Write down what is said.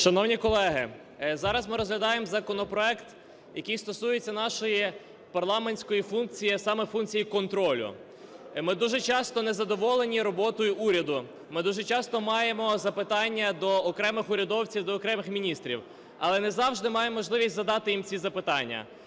Шановні колеги, зараз ми розглядаємо законопроект, який стосується нашої парламентської функції, а саме функції контролю. Ми дуже часто незадоволені роботою уряду. Ми дуже часто маємо запитання до окремих урядовців, до окремих міністрів. Але не завжди маємо можливість задати їм ці запитання.